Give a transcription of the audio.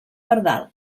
pardal